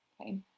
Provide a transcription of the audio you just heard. Okay